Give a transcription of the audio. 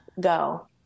go